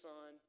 Son